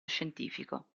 scientifico